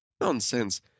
Nonsense